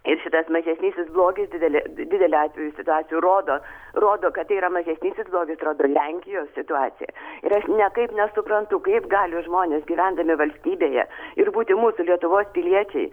ir šitas mažesnysis blogis didelė dideliu atveju situacijų rodo rodo kad tai yra mažesnysis blogis rodo lenkijos situacija ir aš niekaip nesuprantu kaip gali žmonės gyvendami valstybėje ir būti mūsų lietuvos piliečiai